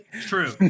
true